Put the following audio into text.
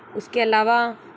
उस के आलावा